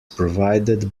provided